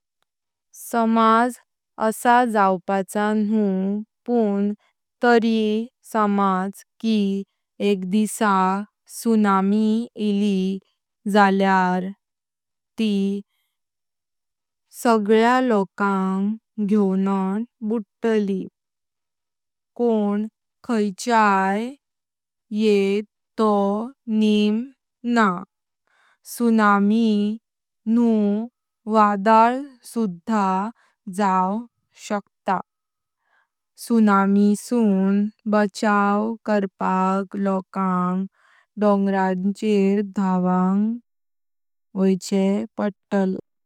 समज असा जावपाचां न्हू पण तरी समझ की एकदिसा त्सुनामी ईली जाल्यार ती सगळ्या लोकांग घ्यावून बुडताळी कोण खायच्या येत तो नामे न्हा। त्सुनामी न्हू वादळ सुधा जाव शकता। त्सुनामीसून बचाव करपाक लोकांग डोंग्रांचेर धावांग जातें अस्तात।